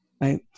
Right